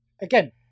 again